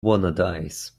wannadies